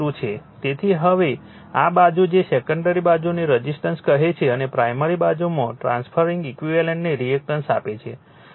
તેથી હવે આ બાજુ જે સેકન્ડરી બાજુને રઝિસ્ટન્સ કહે છે અને પ્રાઇમરી બાજુમાં ટ્રાન્સફરરિંગ ઈક્વિવેલન્ટને રિએક્ટન્સ આપે છે